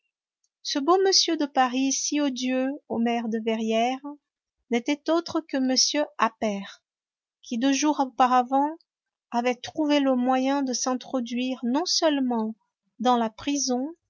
ce beau monsieur de paris si odieux au maire de verrières n'était autre que m appert qui deux jours auparavant avait trouvé le moyen de s'introduire non seulement dans la prison